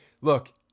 Look